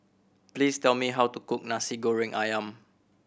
please tell me how to cook Nasi Goreng Ayam